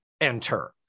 enter